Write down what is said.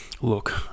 look